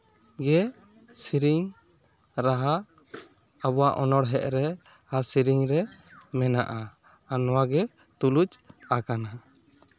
ᱜᱮ ᱥᱮᱨᱮᱧ ᱨᱟᱦᱟ ᱟᱵᱚᱣᱟᱜ ᱚᱱᱚᱲᱦᱮᱸ ᱨᱮ ᱟᱨ ᱥᱮᱨᱮᱧ ᱨᱮ ᱢᱮᱱᱟᱜᱼᱟ ᱟᱨ ᱱᱚᱣᱟᱜᱮ ᱛᱩᱞᱩᱪ ᱟᱠᱟᱱᱟ